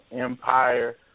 empire